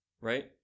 Right